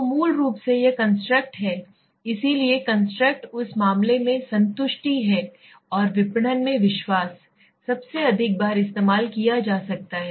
तो मूल रूप से यह कंस्ट्रक्ट है इसलिए कंस्ट्रक्ट इस मामले में संतुष्टि हैं और विपणन में विश्वास सबसे अधिक बार इस्तेमाल किया जा सकता है